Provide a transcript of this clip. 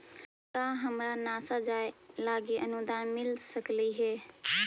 का हमरा नासा जाये लागी अनुदान मिल सकलई हे?